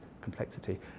complexity